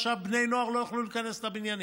עכשיו בני נוער לא יוכלו להיכנס לבניינים.